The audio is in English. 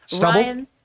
Ryan